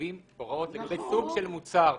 קובעים הוראות לגבי סוג של מוצר,